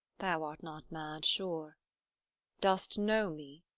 thou art not mad, sure dost know me?